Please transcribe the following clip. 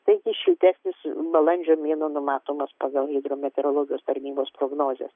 taigi šiltesnis balandžio mėnuo numatomas pagal hidrometeorologijos tarnybos prognozes